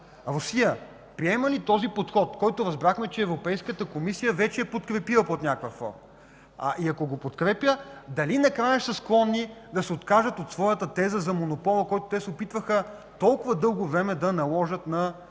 Русия приема ли този подход, който разбрахме, че Европейската комисия вече е подкрепила под някаква форма? И ако го подкрепя, дали накрая са склонни да се откажат от своята теза за монопола, който те се опитваха толкова дълго време да наложат на